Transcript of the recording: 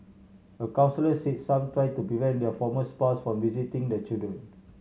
a counsellor said some try to prevent their former spouse from visiting the children